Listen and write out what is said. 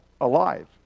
alive